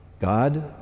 God